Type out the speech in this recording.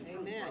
Amen